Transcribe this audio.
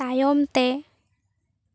ᱛᱟᱭᱚᱢᱛᱮ